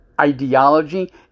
ideology